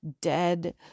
dead